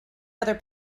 other